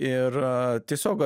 ir tiesiog